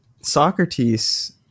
Socrates